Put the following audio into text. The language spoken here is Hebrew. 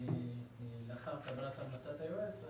התדרים ולאחר קבלת המלצת היועץ,